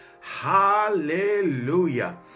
Hallelujah